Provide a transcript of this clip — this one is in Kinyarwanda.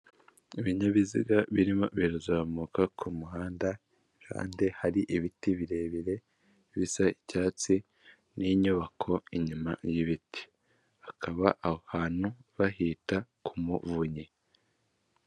Ibinyabiziga birimo birazamuka kumuhanda kandi hari ibiti birebire bisa icyatsi n'inyubako inyuma y'ibiti hakaba aho hanu bahita kumuvunyi.